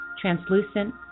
translucent